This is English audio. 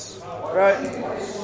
Right